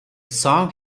song